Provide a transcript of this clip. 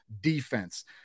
defense